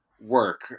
work